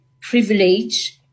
privilege